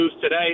Today